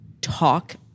talk